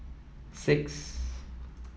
six